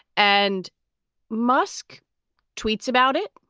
and musk tweets about it.